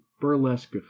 burlesque